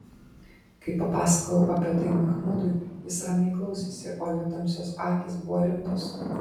kai papasakojau apie tai machmudui jis ramiai klausėsi o jo tamsios akys buvo rimtos